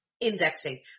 indexing